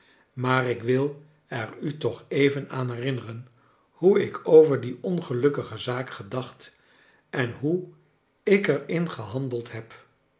maar ik wil er u'toch even aan herinneren hoe ik over die ongelukkige zaak gedacht en hoe ik er in gehandeld heb